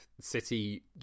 City